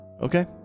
Okay